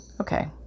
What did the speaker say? okay